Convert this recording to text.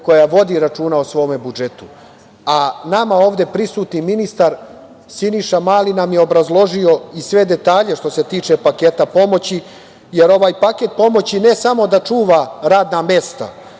koja vodi računa o svome budžetu. Nama ovde prisutni ministar, Siniša Mali, nam je obrazložio i sve detalje što se tiče paketa pomoći. Jer, ovaj paket pomoći ne samo da čuva radna mesta,